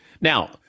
now